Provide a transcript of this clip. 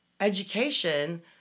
education